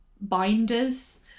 binders